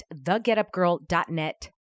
thegetupgirl.net